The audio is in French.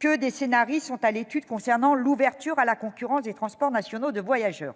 que des scénarios sont à l'étude concernant l'ouverture à la concurrence des transports nationaux de voyageurs.